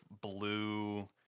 blue